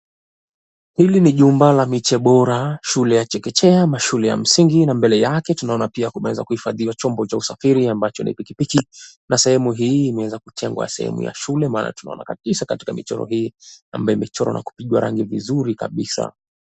Hili ni jumba la miche bora, shule ya chekechea, mashule ya msingi na mbele yake tunaona pia kumeweza kuhifadhiwa chombo cha usafiri ambacho ni pikipiki na sehemu hii imeweza kutengwa ya sehemu ya shule maana tunaona kabisa katika michoro hii ambayo imechorwa na kupigwa rangi vizuri kabisa.